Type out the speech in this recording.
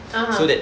(uh huh)